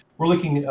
we're looking